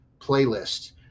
playlist